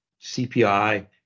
CPI